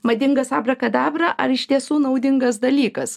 madingas abrakadabra ar iš tiesų naudingas dalykas